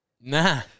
Nah